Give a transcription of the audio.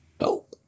Nope